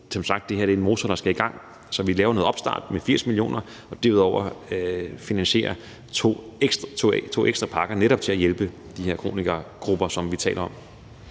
det her en motor, der skal i gang, så vi laver en opstart med 80 mio. kr. og finansierer derudover to ekstra pakker netop til at hjælpe de her kronikergrupper, som vi taler om.